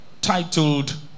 titled